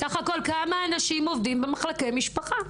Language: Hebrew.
סך הכול כמה אנשים עובדים במחלקי משפחה,